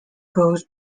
goes